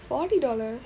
forty dollars